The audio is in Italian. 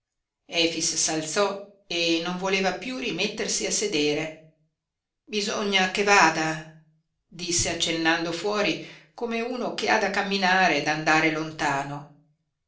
efix s'alzò e non voleva piú rimettersi a sedere bisogna che vada disse accennando fuori come uno che ha da camminare da andare lontano